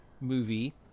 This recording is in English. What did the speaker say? movie